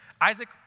Isaac